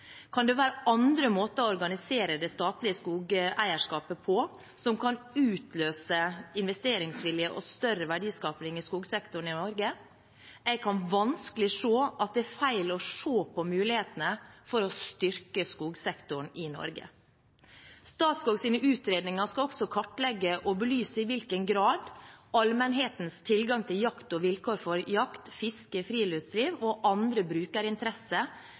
det være andre måter å organisere det statlige skogeierskapet på som kan løse ut investeringsvilje og større verdiskaping i skogsektoren i Norge? Jeg kan vanskelig se at det er feil å se på mulighetene for å styrke skogsektoren i Norge. Statskogs utredninger skal også kartlegge og belyse i hvilken grad allmennhetens tilgang til jakt og vilkår for jakt, fiske, friluftsliv og andre